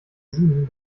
sieben